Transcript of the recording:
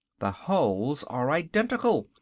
the hulls are identical.